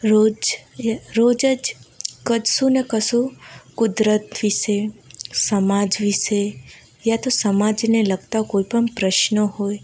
રોજ રોજ જ કશુંને કશું કુદરત વિશે સમાજ વિશે યા તો સમાજને લગતા કોઈપણ પ્રશ્નો હોય